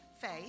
faith